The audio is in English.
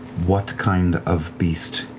what kind of beast